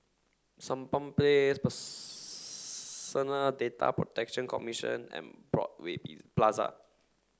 Sampan Place Data Protection Commission and Broadway Plaza